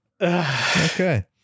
okay